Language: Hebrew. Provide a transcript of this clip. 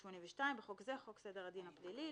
הערה שנייה.